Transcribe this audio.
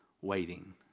waiting